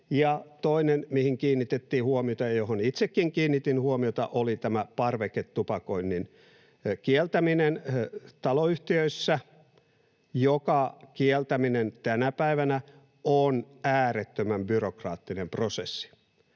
Toinen, mihin kiinnitettiin huomiota, ja mihin itsekin kiinnitin huomiota, oli parveketupakoinnin kieltäminen taloyhtiöissä, mikä tänä päivänä on äärettömän byrokraattinen prosessi.